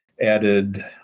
added